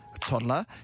toddler